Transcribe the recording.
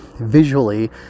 visually